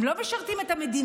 הם לא משרתים את המדינה,